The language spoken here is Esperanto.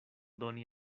doni